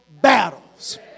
battles